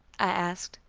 i asked.